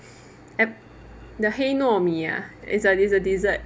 at~ the 黑糯米 ah it's like this a dessert